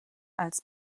als